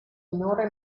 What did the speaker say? minore